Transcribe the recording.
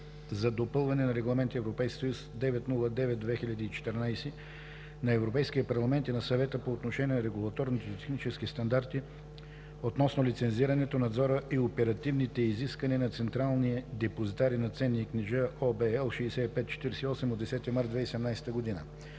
за допълване на Регламент (ЕС) № 909/2014 на Европейския парламент и на Съвета по отношение на регулаторните технически стандарти относно лицензирането, надзора и оперативните изисквания за централни депозитари на ценни книжа (OB, L 65/48 от 10 март 2017 г.).“